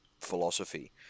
philosophy